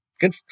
good